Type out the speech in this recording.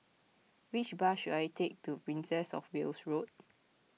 which bus should I take to Princess of Wales Road